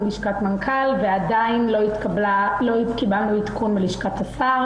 לשכת מנכ"ל ועדיין לא קיבלנו עדכון מלשכת השר.